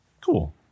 Cool